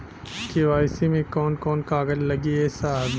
KYC मे कवन कवन कागज लगी ए साहब?